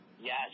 Yes